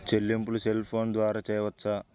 చెల్లింపులు cell phone ద్వారా చేయవచ్చా?